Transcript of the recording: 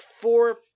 four